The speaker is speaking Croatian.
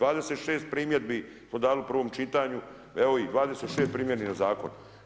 26 primjedbi smo dali u prvom čitanu, evo i 26 primjedbi na zakon.